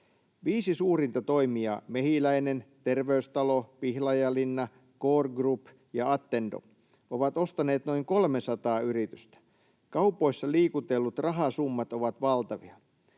Viisi suurinta toimijaa — Mehiläinen, Terveystalo, Pihlajalinna, Cor Group ja Attendo — ovat ostaneet noin 300 yritystä. Kaupoissa liikutellut rahasummat ovat valtavia.